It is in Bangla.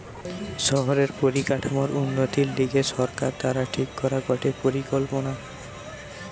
শহরের পরিকাঠামোর উন্নতির লিগে সরকার দ্বারা ঠিক করা গটে পরিকল্পনা